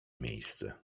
miejsce